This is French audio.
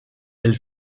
elle